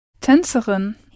Tänzerin